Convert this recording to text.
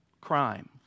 crime